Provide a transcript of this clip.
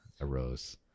arose